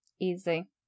Easy